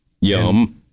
Yum